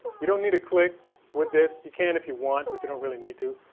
you don't need a click with this. you can if you want but you don't really need to.